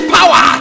power